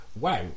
wow